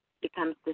becomes